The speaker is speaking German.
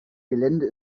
gelände